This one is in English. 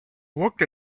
looked